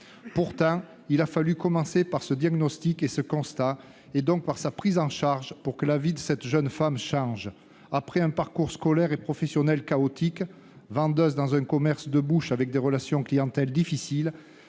Pourtant, il a fallu commencer par ce diagnostic et ce constat, et donc par sa prise en charge pour que la vie de cette jeune femme change. Après un parcours scolaire et professionnel chaotique-vendeuse dans un commerce de bouche avec une relation clientèle difficile-,